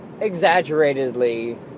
exaggeratedly